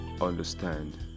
understand